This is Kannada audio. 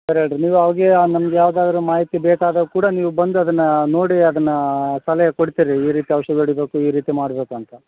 ಸರಿ ಹೇಳ್ರಿ ನೀವು ಅವ್ಗೆ ನಮ್ಗೆ ಯಾವುದಾದ್ರು ಮಾಹಿತಿ ಬೇಕಾದಾಗ ಕೂಡ ನೀವು ಬಂದು ಅದನ್ನು ನೋಡಿ ಅದನ್ನು ಸಲಹೆ ಕೊಡ್ತೀರಿ ಈ ರೀತಿ ಔಷಧ ಹೊಡಿಬೇಕು ಈ ರೀತಿ ಮಾಡಬೇಕು ಅಂತ